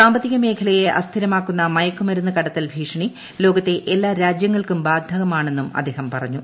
സാമ്പത്തിക മേഖലയെ അസ്ഥിരമാക്കു്ന്ന് മയക്കുമരുന്ന് കടത്തൽ ഭീഷണി ലോകത്തെ എല്ലാ രാജ്യങ്ങൾക്കും ബാധകമാണെന്നും അദ്ദേഹം പറഞ്ഞു